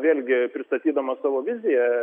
vėlgi pristatydamas savo viziją